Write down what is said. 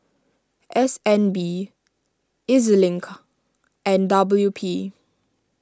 S N B E Z Link and W P